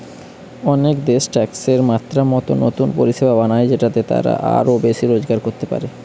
অনেক দেশ ট্যাক্সের মাত্রা মতো নতুন পরিষেবা বানায় যেটাতে তারা আরো বেশি রোজগার করতে পারে